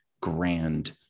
grand